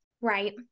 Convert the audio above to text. right